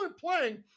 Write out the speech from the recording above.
playing